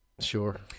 Sure